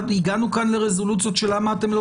הגענו כאן לרזולוציות של למה אתם לא